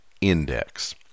Index